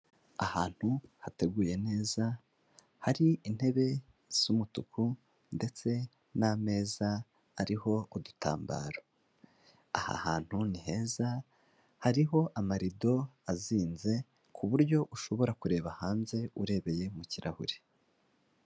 Ahantu hateguye neza, hari intebe z'umutuku ndetse n'ameza ariho udutambaro. Aha hantu ni heza, hariho amarido azinze ku buryo ushobora kureba hanze urebeye mu kirahure.